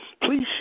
Please